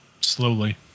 slowly